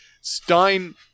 Stein